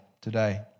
today